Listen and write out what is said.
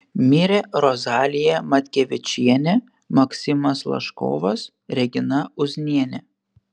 mirė rozalija matkevičienė maksimas laškovas regina uznienė